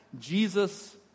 Jesus